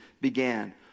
began